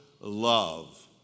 love